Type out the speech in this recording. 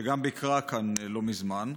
שגם ביקרה כאן לא מזמן: